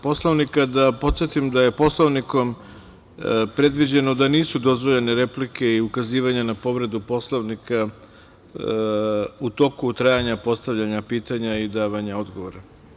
Poslovnika, da podsetim da je Poslovnikom predviđeno da nisu dozvoljene replike i ukazivanje na povredu Poslovnika u toku trajanja postavljanja pitanja i davanja odgovora.